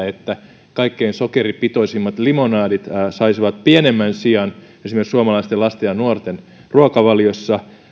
että kaikkein sokeripitoisimmat limonadit saisivat pienemmän sijan esimerkiksi suomalaisten lasten ja nuorten ruokavaliossa